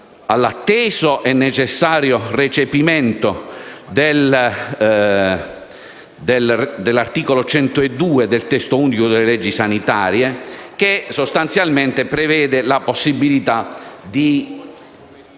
all'atteso e necessario recepimento dell'articolo 102 del testo unico delle leggi sanitarie, che sostanzialmente prevede la possibilità di